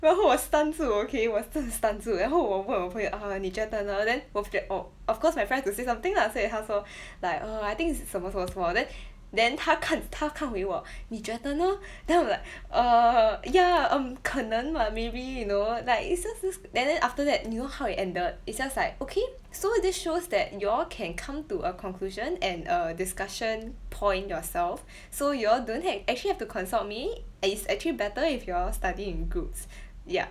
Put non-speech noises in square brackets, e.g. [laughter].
然后我 stun 住我真的 stun 住然后我问我朋友 err 你觉得呢 then both Jack oh of course my friend has to say something lah 所以他说 [breath] like err I think this is 什么什么什么 then [breath] then 他看 [noise] 他看回我 [breath] 你觉得呢 [breath] then I'm like [breath] err ya um 可能 what maybe you know like it's just this [noise] and then after that you know how it ended it's just like okay so this shows that y'all can come to a conclusion and a discussion point yourself [breath] so y'all don't ha~ actually have to consult me and it's actually better if y'all study in groups [breath] ya